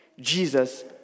Jesus